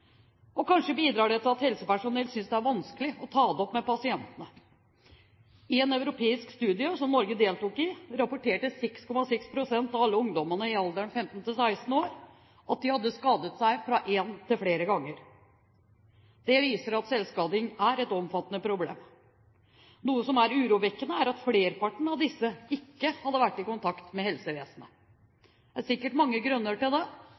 og kanskje bidrar det til at helsepersonell synes det er vanskelig å ta det opp med pasientene. I en europeisk studie som Norge deltok i, rapporterte 6,6 pst. av alle ungdommene i alderen 15–16 år at de hadde skadet seg fra én til flere ganger. Det viser at selvskading er et omfattende problem. Noe som er urovekkende, er at flesteparten av disse ikke hadde vært i kontakt med helsevesenet. Det er sikkert mange grunner til